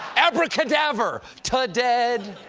abra-cadaver! ta-dead!